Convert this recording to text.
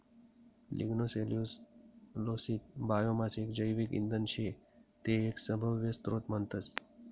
lignocellulosic biomass एक जैविक इंधन शे ते एक सभव्य स्त्रोत म्हणतस